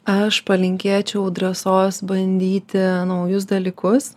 aš palinkėčiau drąsos bandyti naujus dalykus